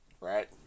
Right